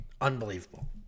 unbelievable